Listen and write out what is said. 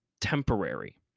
temporary